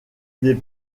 des